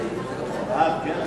סעיף 1